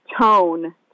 tone